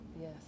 Yes